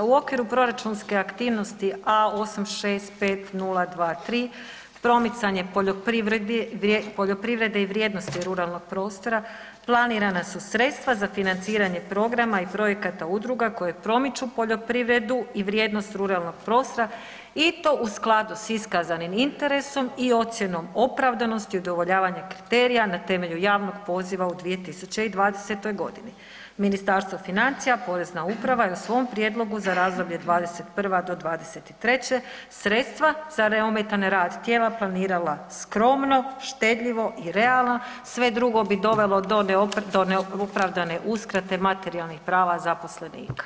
U okeru proračunske aktivnosti A865023 promicanje poljoprivrede i vrijednosti ruralnog prostora planirana su sredstva za financiranje programa i projekata udruga koje promiču poljoprivredu i vrijednost ruralnog prostora i to u skladu s iskazanim interesom i ocjenom opravdanosti udovoljavanja kriterija na temelju javnog poziva u 2020.g. Ministarstvo financija, Porezna uprava je u svom prijedlogu za razdoblju '21. do '23. sredstva za neometan rad tijela planirala skromno, štedljivo i realna, sve drugo bi dovelo do neopravdane uskrate materijalnih prava zaposlenika.